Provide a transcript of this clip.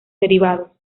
derivados